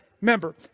member